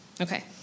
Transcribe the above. Okay